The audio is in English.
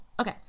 okay